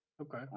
Okay